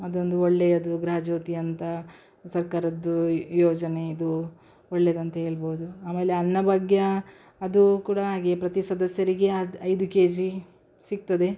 ಅದೊಂದು ಒಳ್ಳೆಯದು ಗೃಹಜ್ಯೋತಿ ಅಂತ ಸರ್ಕಾರದ್ದು ಯೋಜನೆ ಇದು ಒಳ್ಳೆಯದಂತ ಹೇಳ್ಬೋದು ಆಮೇಲೆ ಅನ್ನಭಾಗ್ಯ ಅದು ಕೂಡ ಹಾಗೆ ಪ್ರತಿ ಸದಸ್ಯರಿಗೆ ಹದ್ ಐದು ಕೆಜಿ ಸಿಗ್ತದೆ